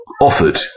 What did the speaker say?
offered